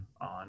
on